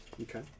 Okay